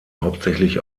hauptsächlich